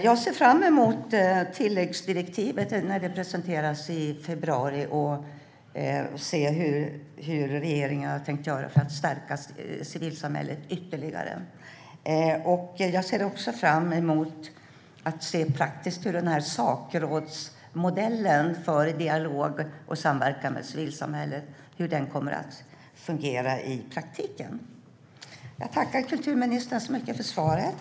Jag ser fram emot att tilläggsdirektivet presenteras i februari, för att se hur regeringen har tänkt göra för att stärka civilsamhället ytterligare. Jag ser också fram emot att praktiskt se hur sakrådsmodellen för dialog och samverkan med civilsamhället kommer att fungera i praktiken. Jag tackar kulturministern så mycket för svaret.